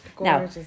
Now